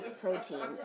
protein